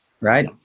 right